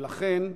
ולכן,